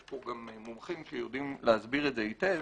יש פה גם מומחים שיודעים להסביר את זה היטב